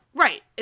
Right